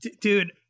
Dude